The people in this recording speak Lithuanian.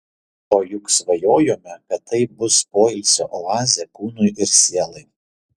o juk svajojome kad tai bus poilsio oazė kūnui ir sielai